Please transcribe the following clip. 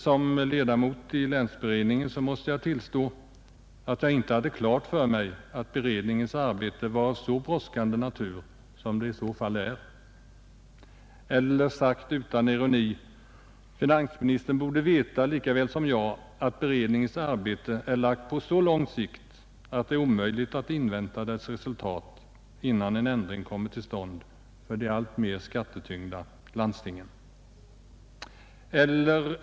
Som ledamot av länsberedningen måste jag tillstå att jag inte hade klart för mig att beredningens arbete var av så brådskande natur. Eller för att uttrycka det utan ironi: Finansministern borde likaväl som jag veta att beredningens arbete är upplagt på så lång sikt att det är omöjligt att vänta med att vidtaga en ändring för de alltmer skattetyngda landstingen till dess utredningens resultat föreligger.